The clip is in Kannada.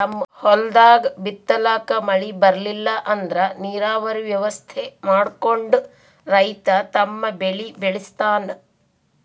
ಹೊಲ್ದಾಗ್ ಬಿತ್ತಲಾಕ್ ಮಳಿ ಬರ್ಲಿಲ್ಲ ಅಂದ್ರ ನೀರಾವರಿ ವ್ಯವಸ್ಥೆ ಮಾಡ್ಕೊಂಡ್ ರೈತ ತಮ್ ಬೆಳಿ ಬೆಳಸ್ತಾನ್